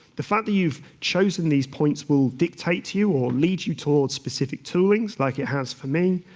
the fact that you've chosen these points will dictate to you or lead you towards specific tools like it has for me,